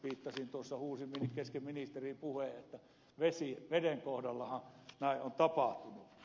huusin tuossa kesken ministerin puheen että veden kohdallahan näin on tapahtunut